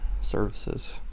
services